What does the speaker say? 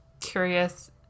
curious